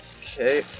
Okay